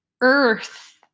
earth